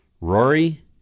Rory